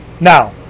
Now